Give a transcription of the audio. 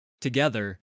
Together